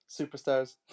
superstars